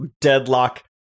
deadlock